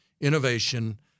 innovation